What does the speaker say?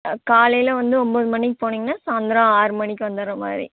காலையில் வந்து ஒம்பது மணிக்கு போனீங்கன்னா சாயந்தரோம் ஆறு மணிக்கு வந்துடுர மாதிரி